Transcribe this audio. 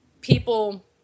people